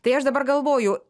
tai aš dabar galvoju